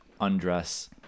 undress